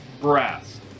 Brass